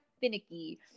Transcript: finicky